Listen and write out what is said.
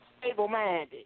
stable-minded